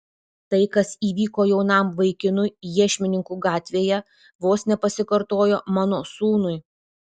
tai kas įvyko jaunam vaikinui iešmininkų gatvėje vos nepasikartojo mano sūnui